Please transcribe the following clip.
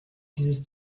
dieses